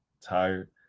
tired